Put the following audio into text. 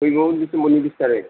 फैगौ डिसेम्बरनि बिस टारिग